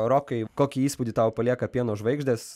rokai kokį įspūdį tau palieka pieno žvaigždės